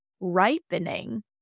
ripening